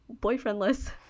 boyfriendless